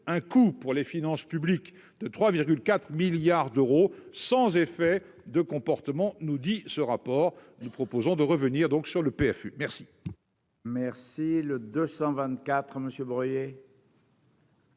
un coût pour les finances publiques de 3 4 milliards d'euros, sans effet de comportement nous dit ce rapport du proposant de revenir donc sur le PMU, merci.